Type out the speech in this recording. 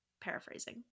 Paraphrasing